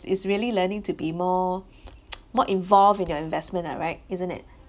is really learning to be more more involved in your investment lah right isn't it